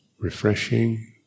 refreshing